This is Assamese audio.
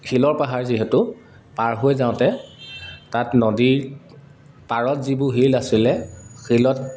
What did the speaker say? শিলৰ পাহাৰ যিহেতু পাৰ হৈ যাওঁতে তাত নদীৰ পাৰত যিবোৰ শিল আছিলে শিলত